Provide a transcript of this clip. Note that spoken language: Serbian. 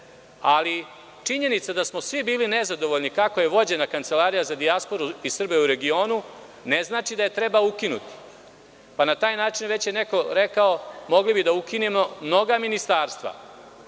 stoji činjenica da smo svi bili nezadovoljni kako je vođena Kancelarija za dijasporu i Srbe u regionu, ali to ne znači da je treba ukinuti i na taj način, neko je rekao, možemo tako da ukinemo mnoga ministarstva,